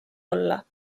olla